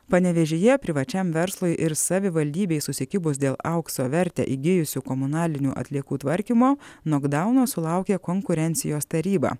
panevėžyje privačiam verslui ir savivaldybei susikibus dėl aukso vertę įgijusių komunalinių atliekų tvarkymo nokdauno sulaukė konkurencijos taryba